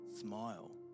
smile